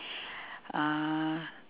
uh